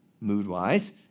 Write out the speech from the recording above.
mood-wise